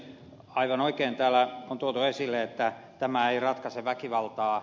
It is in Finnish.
aivan oikein täällä on tuotu esille että tämä ei ratkaise väkivaltaa